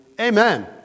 amen